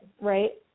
right